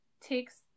takes